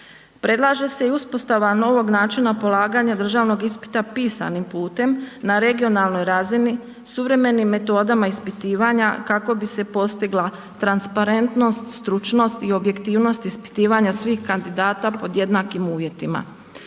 Predlaže se i uspostava novog načina polaganja državnog ispita pisanim putem na regionalnoj razini suvremenim metodama ispitivanja kako bi se postigla transparentnost, stručnost i objektivnost ispitivanja svih kandidata pod jednakim uvjetima.